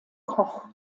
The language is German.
koch